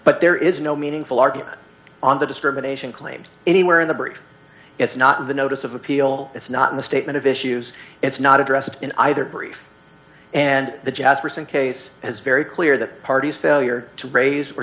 but there is no meaningful argument on the discrimination claims anywhere in the brief it's not the notice of appeal it's not in the statement of issues it's not addressed in either brief and the jazz person case is very clear that parties failure to raise